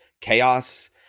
chaos